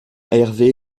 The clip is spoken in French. hervé